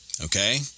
Okay